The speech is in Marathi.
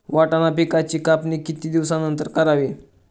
वाटाणा पिकांची कापणी किती दिवसानंतर करावी?